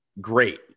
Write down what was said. Great